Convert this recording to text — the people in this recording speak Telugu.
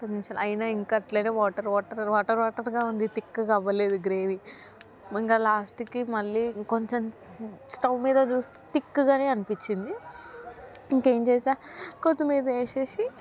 కొద్ది నిముషాలు అయినా ఇంకట్లేదు వాటర్ వాటర్ వాటర్ వాటర్గా ఉంది థిక్గా అవ్వలేదు గ్రేవీ ఇంకా లాస్టికి మళ్ళీ ఇంకొంచెం స్టవ్ మీద చూసి థిక్గానే అనిపించింది ఇంకా ఏం చేశాను కొత్తిమీర వేసేసి